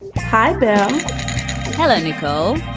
hi there hello, nicole.